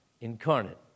incarnate